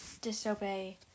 disobey